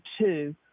two